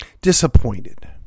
disappointed